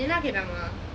என்ன:enna K drama